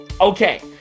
okay